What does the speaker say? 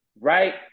right